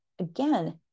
again